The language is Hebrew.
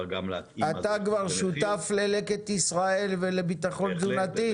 גם להתאים --- אתה כבר שותף ללקט ישראל ולביטחון תזונתי?